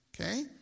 okay